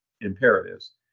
imperatives